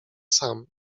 sam